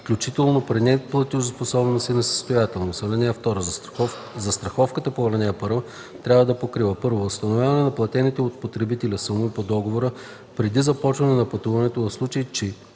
включително при неплатежоспособност и несъстоятелност.